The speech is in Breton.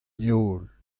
heol